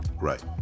Right